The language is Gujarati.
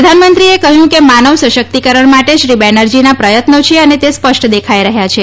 પ્રધાનમંત્રીએ કહ્યું કે માનવ સશક્તિકરણ માટે શ્રી બેનરજીના પ્રયત્નો છે અને તે સ્પષ્ટ દેખાઇ રહ્યા છે